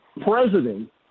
president